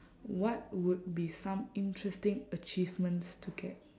what would be some interesting achievements to get